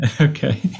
Okay